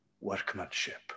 workmanship